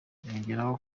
yongeraho